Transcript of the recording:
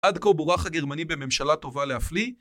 עד כה בורח הגרמני בממשלה טובה להפליא